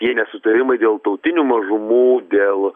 tie nesutarimai dėl tautinių mažumų dėl